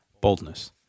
boldness